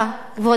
כבוד השר,